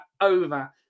over